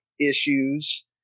issues